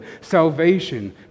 Salvation